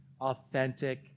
authentic